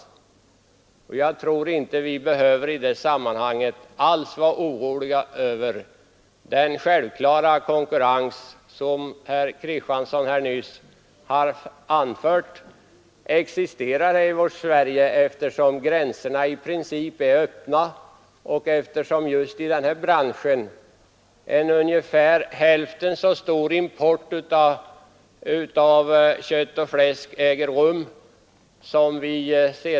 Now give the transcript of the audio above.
Jag tror inte att vi i det sammanhanget alls behöver vara oroliga över den självklara konkurrens som herr Kristiansson i Harplinge nyss anfört existera i Sverige, eftersom gränserna i princip är öppna och eftersom just i den här branschen en ungefär hälften så stor import av kött och fläsk äger rum.